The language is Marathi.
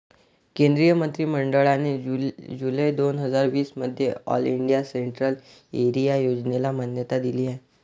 केंद्रीय मंत्रि मंडळाने जुलै दोन हजार वीस मध्ये ऑल इंडिया सेंट्रल एरिया योजनेला मान्यता दिली आहे